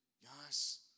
yes